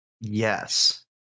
yes